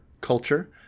culture